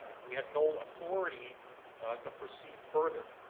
we had no authority to proceed further.